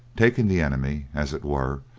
taking the enemy, as it were,